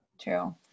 True